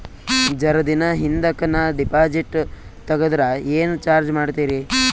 ಜರ ದಿನ ಹಿಂದಕ ನಾ ಡಿಪಾಜಿಟ್ ತಗದ್ರ ಏನ ಚಾರ್ಜ ಮಾಡ್ತೀರಿ?